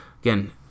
Again